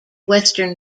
western